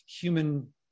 human